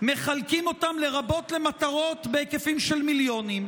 מחלקים אותם למטרות רבות בהיקפים של מיליונים,